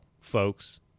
folks